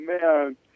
man